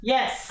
Yes